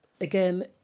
again